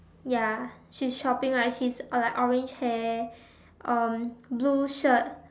ya she's chopping like she's like orange hair um blue shirt